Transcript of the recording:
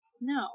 No